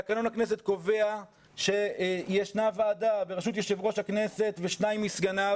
תקנון הכנסת קובע שיש ועדה בראשות יושב-ראש הכנסת ושניים מסגניו